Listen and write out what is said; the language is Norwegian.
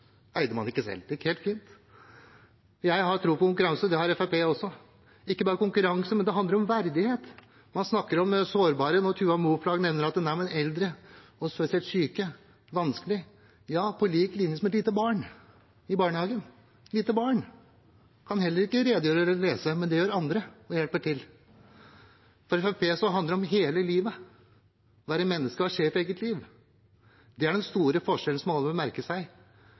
man ikke selv. Det gikk helt fint. Jeg har tro på konkurranse, og det har Fremskrittspartiet også. Og ikke bare konkurranse, det handler om verdighet. Man snakker om sårbare. Representanten Tuva Moflag nevner at med eldre og spesielt syke er det vanskelig. Ja, på lik linje med et lite barn i barnehagen. Et lite barn kan heller ikke redegjøre eller lese, men det gjør andre, de hjelper til. For Fremskrittspartiet handler det om hele livet, være menneske og sjef i eget liv. Det er den store forskjellen som alle bør merke seg.